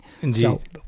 Indeed